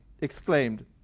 exclaimed